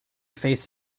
face